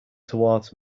towards